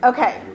Okay